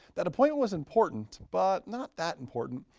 that a point was important but not that important.